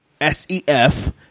S-E-F